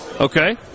Okay